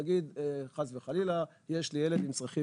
נגיד חס וחלילה יש לי ילד עם צרכים